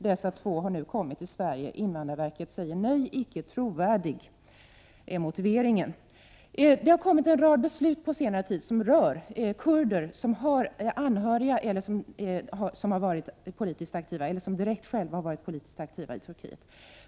Dessa två har nu kommit till Sverige. Invandrarverket säger nej. Motiveringen är att de icke är trovärdiga. På senare tid har det kommit en rad beslut rörande kurder som har anhöriga som varit politiskt aktiva. Men vissa har också själva varit politiskt aktiva i Turkiet.